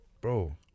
Bro